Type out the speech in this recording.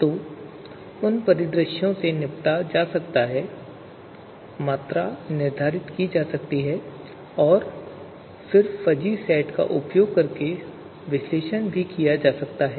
तो उन परिदृश्यों से निपटा जा सकता है मात्रा निर्धारित की जा सकती है और फिर फ़ज़ी सेट का उपयोग करके विश्लेषण किया जा सकता है